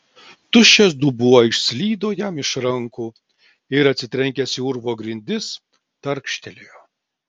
tuščias dubuo išslydo jam iš rankų ir atsitrenkęs į urvo grindis tarkštelėjo